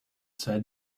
said